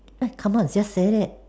just come on just said it